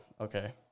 Okay